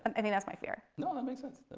and i think that's my fear. no, that makes sense.